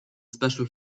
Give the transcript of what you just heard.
special